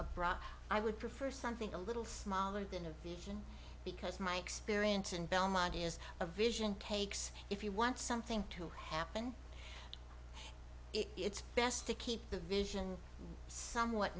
a bra i would prefer something a little smaller than of the because my experience in belmont is a vision takes if you want something to happen it's best to keep the vision somewhat